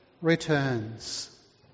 returns